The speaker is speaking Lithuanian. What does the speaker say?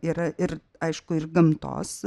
yra ir aišku ir gamtos